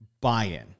buy-in